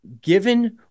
Given